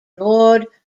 nord